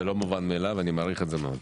זה לא מובן מאליו ואני מעריך את זה מאוד.